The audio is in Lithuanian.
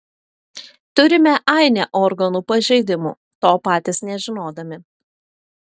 turime ainę organų pažeidimų to patys nežinodami